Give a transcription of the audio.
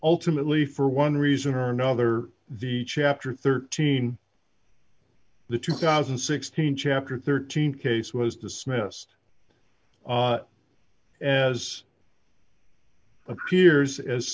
ultimately for one reason or another the chapter thirteen the two thousand and sixteen chapter thirteen case was dismissed as appears as